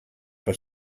but